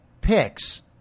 picks